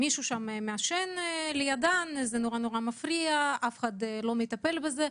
מישהו שם מעשן לידן וזה נורא מפריע ואף אחד לא מטפל בזה.